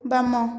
ବାମ